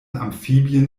amphibien